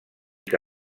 que